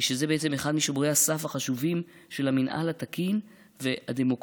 שזה בעצם אחד משומרי הסף החשובים של המינהל התקין והדמוקרטיה,